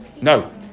No